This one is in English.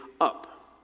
up